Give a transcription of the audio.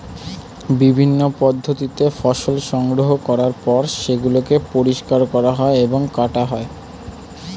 বিভিন্ন পদ্ধতিতে ফসল সংগ্রহ করার পর সেগুলোকে পরিষ্কার করা হয় এবং কাটা হয়